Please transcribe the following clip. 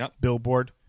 Billboard